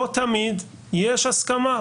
לא תמיד יש הסכמה.